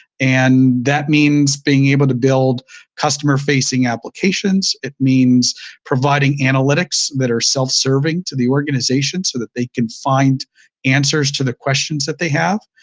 and that means being able to build customer-facing applications. it means providing analytics that are self-serving to the organization so that they can find answers to the questions that they have.